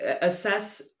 Assess